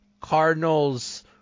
Cardinals